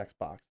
Xbox